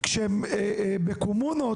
כשבקומונות,